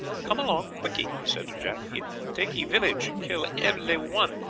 come along quickee, he said to jack if takee village, kill evely one.